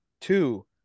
Two